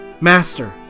master